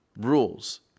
rules